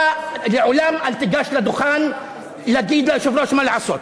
אתה לעולם אל תיגש לדוכן להגיד ליושב-ראש מה לעשות.